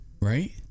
right